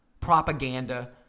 propaganda